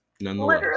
Nonetheless